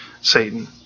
Satan